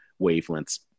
wavelengths